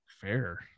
fair